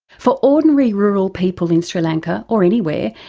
for ordinary rural people in sri lanka, or anywhere,